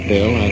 Bill